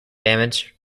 damage